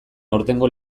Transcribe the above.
aurtengo